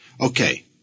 Okay